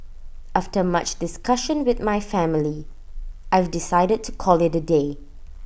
after much discussion with my family I've decided to call IT A day